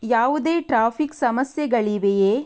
ಯಾವುದೇ ಟ್ರಾಫಿಕ್ ಸಮಸ್ಯೆಗಳಿವೆಯೇ